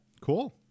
cool